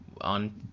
on